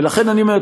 ולכן אני אומר,